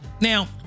now